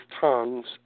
tongues